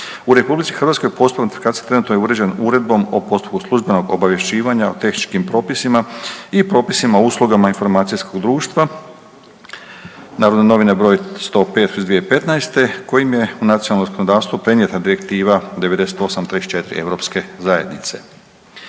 U RH u postupak notifikacije trenutno je uređen Uredbom o postupku službenog obavješćivanja o tehničkim propisima i propisima o uslugama informacijskog društva, Narodne novine broj 105/2015 kojim je u nacionalno zakonodavstvo prenijeta Direktiva 9834 Europske zajednice.